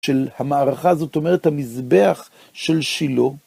של המערכה זאת אומרת, המזבח של שילה